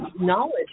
knowledge